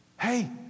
hey